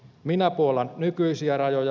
minä puollan nykyisiä rajoja